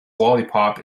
lollipop